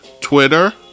Twitter